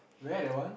where that one